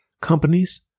companies